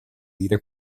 dire